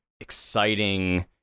exciting